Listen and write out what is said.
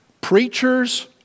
preachers